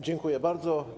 Dziękuję bardzo.